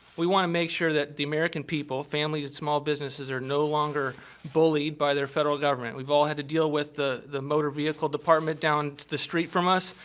we want to make sure that the american people families and small businesses are no longer bullied by their federal government. we've all had to deal with the the motor vehicle department down the street from us.